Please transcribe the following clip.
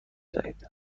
دهید